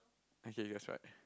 okay that's right